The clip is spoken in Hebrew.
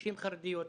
נשים חרדיות,